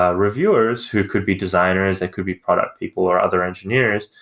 ah reviewers who could be designers and could be product people or other engineers,